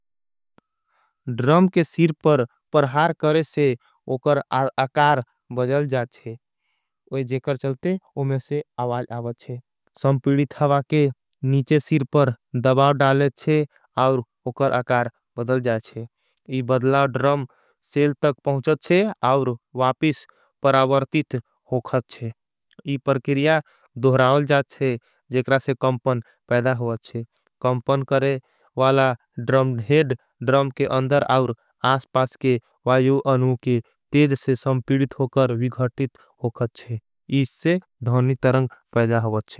ड्रम के सीर पर परहार करेंचे उकर अकार बदल जाचे। जेकर चलते उमेशे आवाज आवचे संपीडि थवा के नीचे। सीर पर दबाव डालेचे आउर उकर अकार बदल जाचे। ये बदला ड्रम सेल तक पहुँचत छे आउर वापिस परावर्तित। होखत छे ये परकरिया दोहरावल जाचे जेकरा से कमपन। पैदा हुआचे कमपन करे वाला ड्रम्ड हेड ड्रम के अंदर। आउर आसपास के वायो अनू के तेज से संपीडित होकर। विघटित होखत छे इस से धोनी तरंग पैजा होगचे।